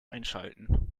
einschalten